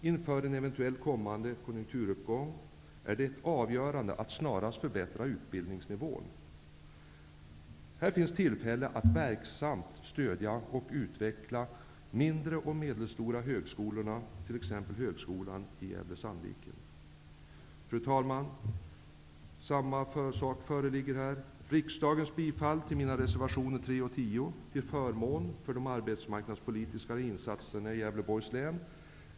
Inför en eventuell kommande konjunkturuppgång är det avgörande att snarast förbättra utbildningsnivån. Här finns tillfälle att verksamt stödja och utveckla de mindre och medelstora högskolorna, t.ex. Fru talman! Jag yrkar på riksdagens bifall till mina reservationer 3 och 10 till förmån för de arbetsmarknadspolitiska insatserna i Gävleborgs län.